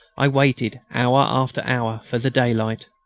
i waited, hour after hour, for the daylight.